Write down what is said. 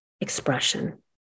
expression